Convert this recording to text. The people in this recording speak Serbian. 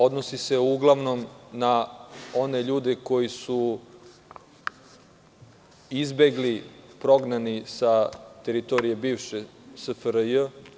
Odnosi se uglavnom na one ljude koji su izbegli, prognani sa teritorije bivše SFRJ.